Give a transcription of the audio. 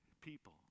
people